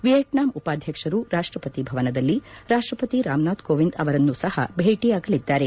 Vietnam ಉಪಾಧ್ಯಕ್ಷರು ರಾಷ್ಷಪತಿ ಭವನದಲ್ಲಿ ರಾಷ್ಷಪತಿ ರಾಮನಾಥ್ ಕೋವಿಂದ್ ಅವರನ್ನೂ ಸಹ ಭೇಟಿಯಾಗಲಿದ್ದಾರೆ